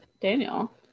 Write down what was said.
daniel